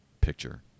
picture